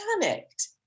panicked